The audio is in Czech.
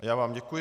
Já vám děkuji.